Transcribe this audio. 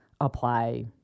apply